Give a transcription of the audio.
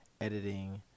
editing